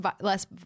less